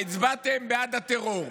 הצבעתם בעד הטרור.